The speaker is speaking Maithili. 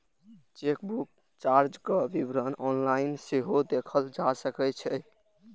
चेकबुक चार्जक विवरण ऑनलाइन सेहो देखल जा सकै छै